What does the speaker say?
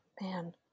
Man